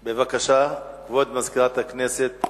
בבקשה, כבוד מזכירת הכנסת.